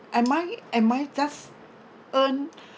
am I am I just earn